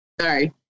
Sorry